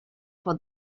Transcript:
for